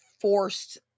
forced